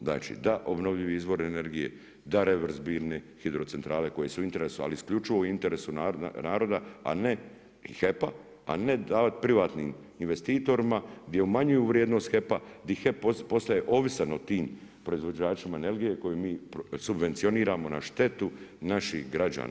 Znači da obnovljivi izvori energije, da reverzibilne hidrocentrale koje su u interesu, ali isključivo u interesu naroda, a ne HEP-a, a ne davati privatnim investitorima gdje umanjuju vrijednost HEP-a, gdje HEP postaje ovisan o tim proizvođačima energije koje mi subvencioniramo na štetu naših građana.